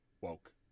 woke